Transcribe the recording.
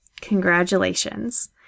Congratulations